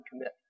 commit